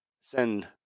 send